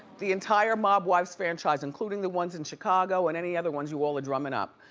the entire mob wives franchise, including the ones in chicago, and any other ones you all are drumming up,